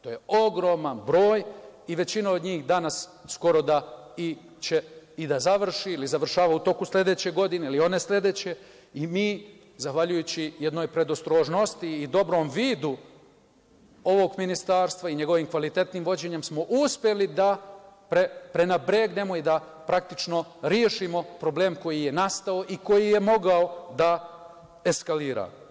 To je ogroman broj i većina od njih danas skoro da će završi ili završava u toku sledeće godine ili one sledeće i mi, zahvaljujući jednoj predostrožnosti i dobrom vidu ovog Ministarstva i njegovim kvalitetnim vođenjem smo uspeli da prenapregnemo i da praktično rešimo problem koji je nastao i koji je mogao da eskalira.